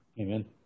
Amen